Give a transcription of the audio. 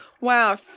Wow